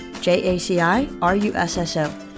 J-A-C-I-R-U-S-S-O